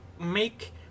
make